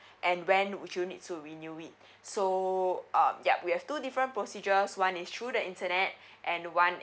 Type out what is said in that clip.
and when would you need to renew it so um yup we have two different procedures one is through the internet and one